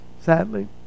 sadly